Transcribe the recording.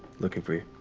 looking for you.